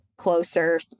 closer